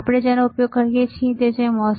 અમે જેનો ઉપયોગ કરી રહ્યા છીએ તે MOSFETs છે